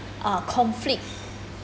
uh conflict